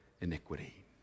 iniquity